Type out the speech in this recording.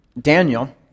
Daniel